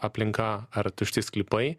aplinka ar tušti sklypai